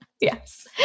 Yes